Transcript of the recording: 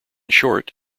short